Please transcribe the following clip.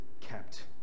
kept